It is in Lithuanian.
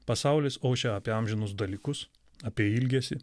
pasaulis ošia apie amžinus dalykus apie ilgesį